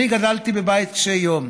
אני גדלתי בבית קשה יום.